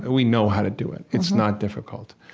and we know how to do it. it's not difficult.